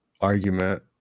argument